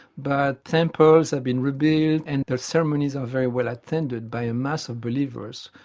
but temples have been rebuilt and their ceremonies are very well attended by a mass of believers,